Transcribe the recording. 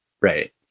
Right